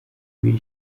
ibiri